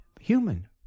human